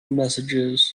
messages